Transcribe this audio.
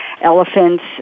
elephants